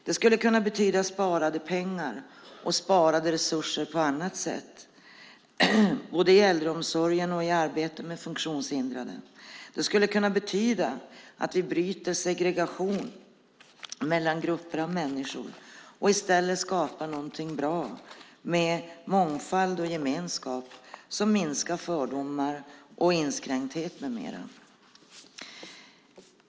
Det skulle kunna betyda sparade pengar och sparade resurser på annat sätt både i äldreomsorgen och i arbetet med funktionshindrade. Det skulle kunna betyda att vi bryter segregation mellan grupper av människor och i stället skapar någonting bra med mångfald och gemenskap som minskar fördomar och inskränkthet med mera.